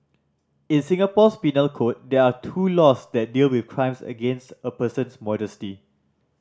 in Singapore's penal code there are two laws that deal with crimes against a person's modesty